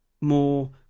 more